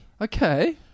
Okay